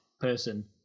person